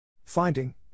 Finding